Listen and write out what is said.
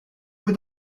peu